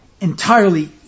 entirely